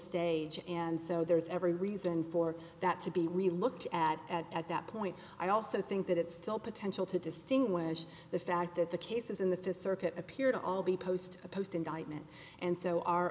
stage and so there's every reason for that to be really looked at at that point i also think that it's still potential to distinguish the fact that the cases in the to circuit appear to all be post a post indict and so our